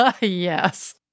Yes